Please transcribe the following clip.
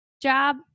job